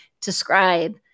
describe